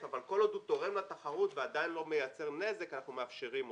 אבל כל עוד הוא תורם לתחרות ועדיין לא מייצר נזק אנחנו מאפשרים אותו.